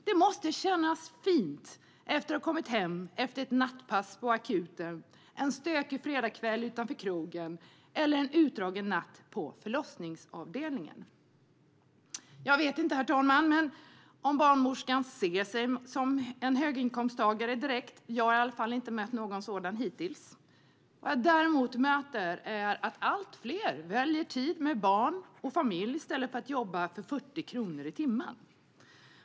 Det måste kännas fint efter ha kommit hem efter ett nattpass på akuten, en stökig fredagskväll utanför krogen eller en utdragen natt på förlossningsavdelningen. Jag vet inte, herr talman, om barnmorskan ser sig som en höginkomsttagare, direkt; jag har i alla fall inte mött någon hittills. Vad jag däremot möter är att allt fler väljer tid med barn och familj i stället för att jobba för 40 kronor i timmen.